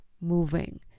moving